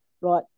right